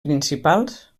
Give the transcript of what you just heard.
principals